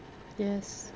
yes